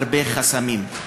הרבה חסמים,